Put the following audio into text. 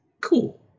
cool